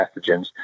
pathogens